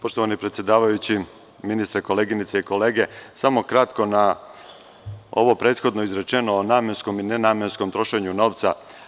Poštovani predsedavajući, ministre, koleginice i kolege, samo kratko na ovo prethodno izrečeno o namenskom i nenamenskom trošenju novca.